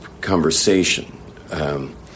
conversation